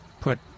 put